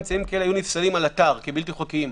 אמצעים אלה היו נפסלים על אתר כבלתי חוקיים".